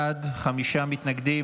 בעד, חמישה מתנגדים.